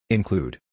Include